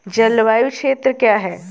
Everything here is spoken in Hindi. जलवायु क्षेत्र क्या है?